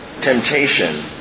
temptation